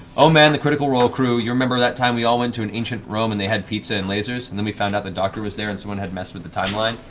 oh man, the critical role crew, you remember that time we all went to ancient rome and they had pizza and lasers? and then we found out the doctor was there and someone had messed with the timeline?